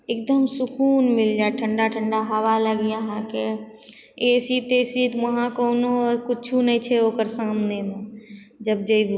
एकदम सुकून मिल जाएत ठण्डा ठण्डा हवा लागैए अहाँके ए सी तेसी वहाँ कोनो किछु नहि छै ओकरा सामनेमे जब जाएब